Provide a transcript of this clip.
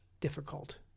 difficult